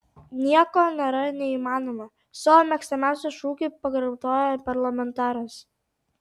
nieko nėra neįmanomo savo mėgstamiausią šūkį pakartojo parlamentaras